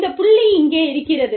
இந்த புள்ளி இங்கே இருக்கிறது